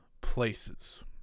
places